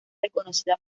reconocida